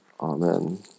Amen